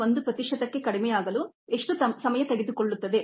1 ಪ್ರತಿಶತಕ್ಕೆ ಕಡಿಮೆಯಾಗಲು ಎಷ್ಟು ಸಮಯ ತೆಗೆದುಕೊಳ್ಳುತ್ತದೆ